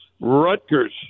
Rutgers